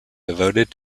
devoted